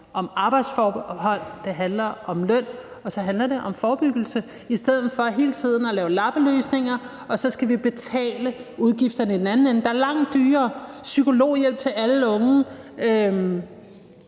om arbejdsforhold, det handler om løn, og så handler det om forebyggelse, i stedet for at man hele tiden laver lappeløsninger og så skal betale udgifterne, der er langt højere, i den anden ende: psykologhjælp til alle unge,